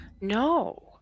No